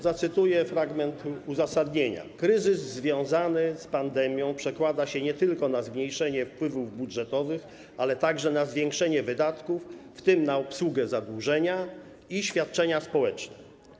Zacytuję fragment uzasadnienia: Kryzys związany z pandemią przekłada się nie tylko na zmniejszenie wpływów budżetowych, ale także na zwiększenie wydatków, w tym na obsługę zadłużenia i świadczenia społeczne.